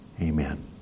Amen